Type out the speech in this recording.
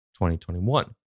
2021